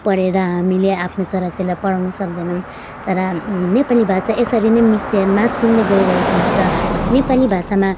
पढेर हामीले आफ्नो छोराछोरीलाई पढाउनु सक्दैनौँ तर नेपाली भाषा यसरी नै मिस्सिए मास्सिँदै गइरहेको हुन्छ नेपाली भाषामा